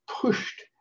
pushed